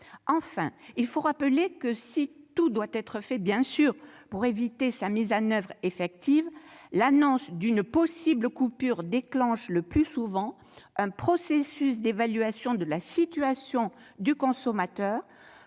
Enfin, il faut rappeler que, si tout doit être fait, bien sûr, pour éviter sa mise en oeuvre effective, l'annonce d'une possible coupure déclenche le plus souvent un processus d'évaluation de la situation du consommateur,